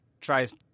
tries